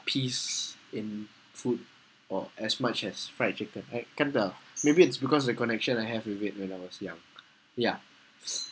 peace in food or as much as fried chicken it kind of maybe it's because the connection I have with it when I was young ya